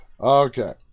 okay